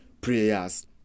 prayers